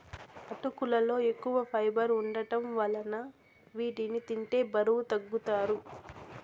అటుకులలో ఎక్కువ ఫైబర్ వుండటం వలన వీటిని తింటే బరువు తగ్గుతారు